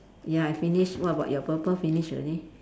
ya I finish what about your purple finish already